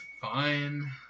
Fine